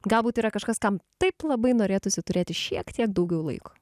galbūt yra kažkas kam taip labai norėtųsi turėti šiek tiek daugiau laiko